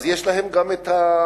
יש להן גם השתלמויות.